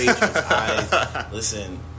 Listen